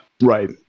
right